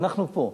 אנחנו פה.